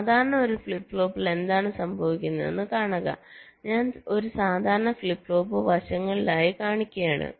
സാധാരണ ഒരു ഫ്ലിപ്പ് ഫ്ലോപ്പിൽ എന്താണ് സംഭവിക്കുന്നതെന്ന് കാണുക ഞാൻ ഒരു സാധാരണ ഫ്ലിപ്പ് ഫ്ലോപ്പ് വശങ്ങളിലായി കാണിക്കുകയാണ്